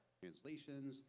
translations